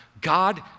God